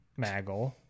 Maggle